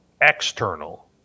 external